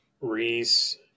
Reese